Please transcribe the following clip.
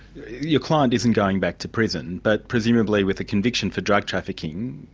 your client isn't going back to prison, but presumably with a conviction for drug trafficking,